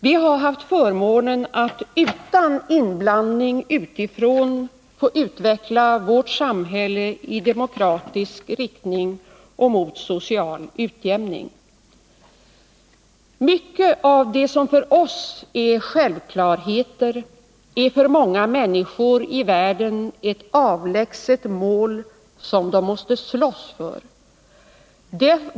Vi har haft förmånen att utan inblandning utifrån få utveckla vårt samhälle i demokratisk riktning och mot social utjämning. Mycket av det som för oss är självklarheter är för många människor i världen ett avlägset mål, som de måste slåss för.